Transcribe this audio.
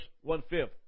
one-fifth